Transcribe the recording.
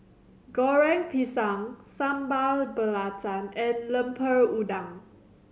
Goreng Pisang Sambal Belacan and Lemper Udang